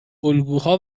الگوها